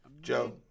Joe